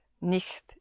nicht